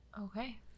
Okay